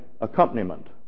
accompaniment